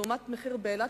לעומת המחיר באילת,